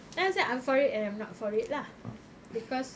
then I said I'm for it and I'm not for it lah because